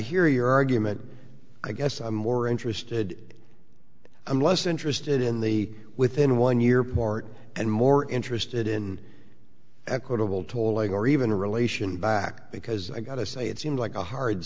hear your argument i guess i'm more interested i'm less interested in the within one year part and more interested in equitable tolling or even a relation back because i got to say it seemed like a hard